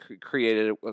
created